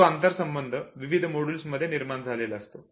जो आंतरसंबंध विविध मॉड्युल्स मध्ये निर्माण झालेला असतो